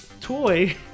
toy